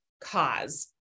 cause